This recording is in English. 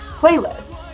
playlist